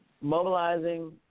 mobilizing